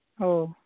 ᱳ